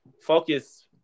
Focus